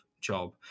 job